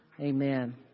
Amen